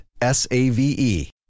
S-A-V-E